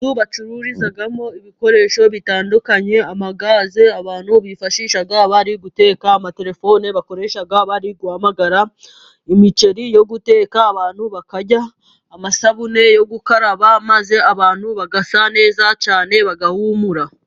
Inzu bacururizamo ibikoresho bitandukanye; amagaze abantu bifashisha bari guteka, amatelefoni bakoresha bari guhamagara, imiceri yo guteka abantu bakarya, amasabune yo gukaraba, maze abantu bagasa neza cyane bagahumura.